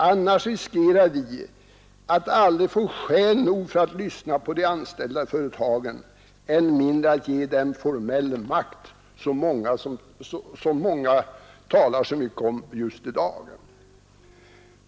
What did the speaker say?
Annars riskerar vi att aldrig få skäl nog för att lyssna på de anställda i företagen, än mindre att ge dem formell makt, som många talar så mycket om just i dag.